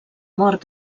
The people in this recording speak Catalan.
mort